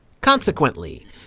Consequently